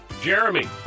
Jeremy